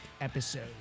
episode